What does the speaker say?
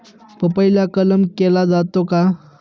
पपईला कलम केला जातो का?